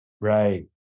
right